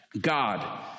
God